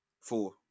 Four